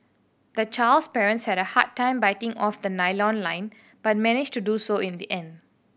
the child's parents had a hard time biting off the nylon line but managed to do so in the end